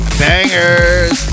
bangers